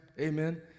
amen